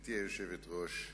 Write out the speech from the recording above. גברתי היושבת-ראש,